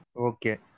Okay